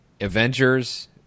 Avengers